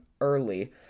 early